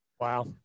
Wow